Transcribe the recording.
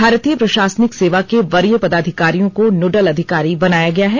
भारतीय प्रशासनिक सेवा के वरीय पदाधिकारियों को नोडल अधिकारी बनाया गया है